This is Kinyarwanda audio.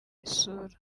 isura